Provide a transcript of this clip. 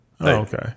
Okay